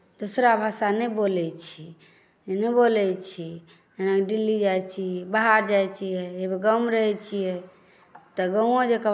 दूसरा भाषा नहि बोलैत छी जे नहि बोलैत छी जेना दिल्ली जाइत छी बाहर जाइत छी गाम रहैत छियै तऽ गाँवो जँका